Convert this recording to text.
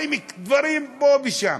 דברים פה ושם.